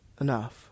Enough